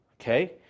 Okay